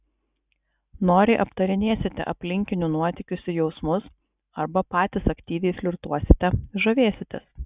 noriai aptarinėsite aplinkinių nuotykius ir jausmus arba patys aktyviai flirtuosite žavėsitės